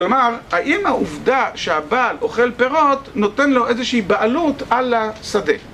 כלומר, האם העובדה שהבעל אוכל פירות נותן לו איזושהי בעלות על השדה?